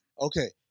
Okay